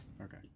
okay